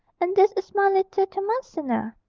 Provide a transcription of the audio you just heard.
and this is my little thomasina,